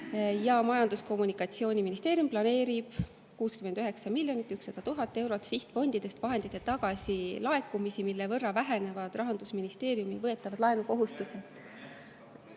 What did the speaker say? Majandus‑ ja Kommunikatsiooniministeerium planeerib 69 100 000 eurot sihtfondidest vahendite tagasilaekumisi, mille võrra vähenevad Rahandusministeeriumi võetavad laenukohustused."